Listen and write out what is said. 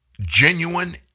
genuine